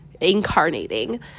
incarnating